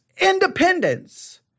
independence